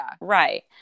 right